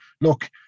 look